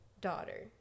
daughter